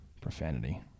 profanity